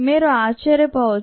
మీరు ఆశ్చర్యపోవచ్చు